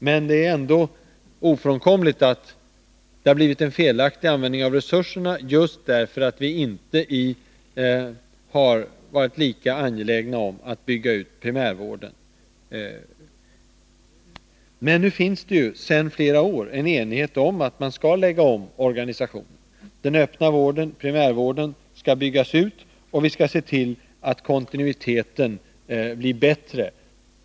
Men det är ändå ofrånkomligt att det har blivit en felaktig användning av resurserna därför att vi inte varit lika angelägna om att bygga ut primärvården. Men nu finns det ju sedan flera år en enighet om att vi skall lägga om organisationen. Den öppna vården, primärvården, skall byggas ut, och vi skall se till att kontinuiteten där blir bättre.